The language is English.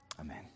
amen